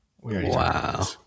Wow